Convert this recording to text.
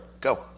Go